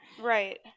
right